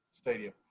stadium